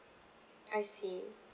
I see